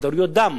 כדוריות דם